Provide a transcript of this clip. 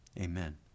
amen